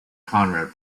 conrad